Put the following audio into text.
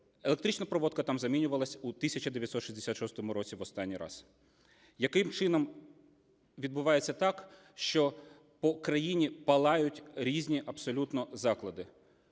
електронна проводка там замінювалася у 1966 році в останній раз? Яким чином відбувається так, що по країні палають різні абсолютно заклади?